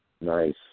Nice